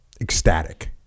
ecstatic